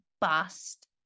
bust